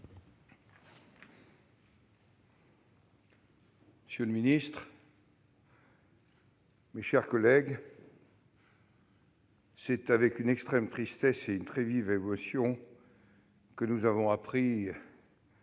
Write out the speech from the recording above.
Monsieur le secrétaire d'État, mes chers collègues, c'est avec une extrême tristesse et une très vive émotion que nous avons appris